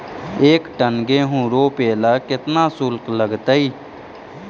एक टन गेहूं रोपेला केतना शुल्क लगतई?